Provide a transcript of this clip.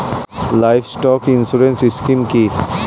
Livestock insurance scheme কি?